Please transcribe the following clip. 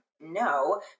no